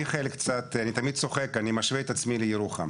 אני תמיד צוחק כי אני משווה את עצמי לירוחם.